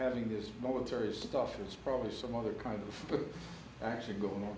having this momentary stuff it's probably some other kind of actually go